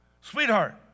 sweetheart